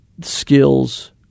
skills